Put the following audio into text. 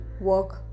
work